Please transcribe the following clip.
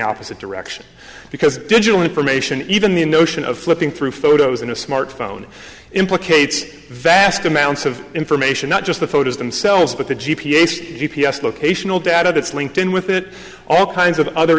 opposite direction because digital information even the notion of flipping through photos on a smartphone implicates vast amounts of information not just the photos themselves but the g p s p p s locational dad it's linked in with it all kinds of other